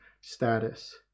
status